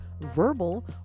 Verbal